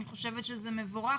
אני חושבת שזה מבורך,